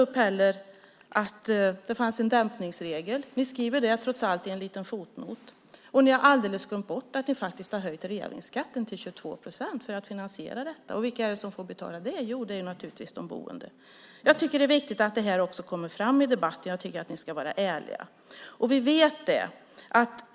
Inte heller tar ni upp att det fanns en dämpningsregel; i en liten fotnot skriver ni om det. Ni har alldeles glömt bort att ni faktiskt har höjt reavinstskatten till 22 procent för att finansiera det hela. Vilka får betala? Ja, naturligtvis är det de boende som får betala. Det är viktigt att också detta kommer fram i debatten. Jag tycker att ni ska vara ärliga.